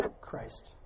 Christ